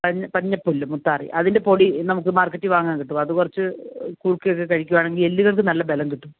പന്നിപ്പുല്ലു മുത്താറി അതിൻ്റെ പൊടി നമുക്ക് മാർക്കറ്റിൽ വാങ്ങാൻ കിട്ടും അതു കുറച്ചു കുറുക്കിയൊക്കെ കഴിക്കുകയാണെങ്കിൽ എല്ലുകൾക്ക് നല്ല ബലം കിട്ടും